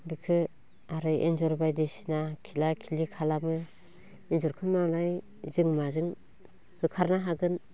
बेखो आरो एनजर बायदिसिना खिला खिलि खालामो एनजरखो मालाय जों माजों होखारनो हागोन